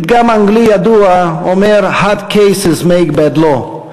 פתגם אנגלי ידוע אומר: Hard cases make bad law,